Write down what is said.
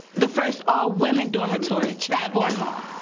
the first all-women dormitory, chadbourne hall.